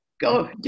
Go